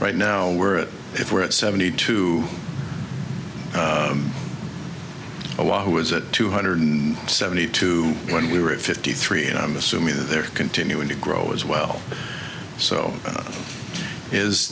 right now we're if we're at seventy two a lot who was at two hundred seventy two when we were at fifty three and i'm assuming that they're continuing to grow as well so